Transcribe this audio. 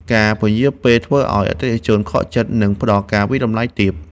ការពន្យារពេលធ្វើឱ្យអតិថិជនខកចិត្ត និងផ្ដល់ការវាយតម្លៃទាប។